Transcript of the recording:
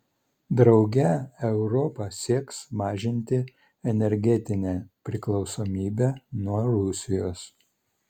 drauge europa sieks mažinti energetinę priklausomybę nuo rusijos